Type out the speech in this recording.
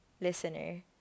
listener